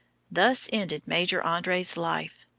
thus ended major andre's life,